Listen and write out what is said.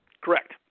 Correct